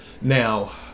now